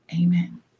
Amen